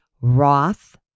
Roth